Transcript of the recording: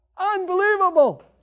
unbelievable